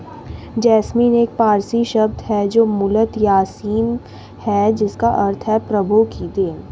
jasmine एक पारसी शब्द है जो मूलतः यासमीन है जिसका अर्थ है प्रभु की देन